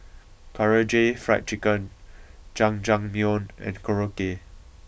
Karaage Fried Chicken Jajangmyeon and Korokke